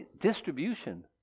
distribution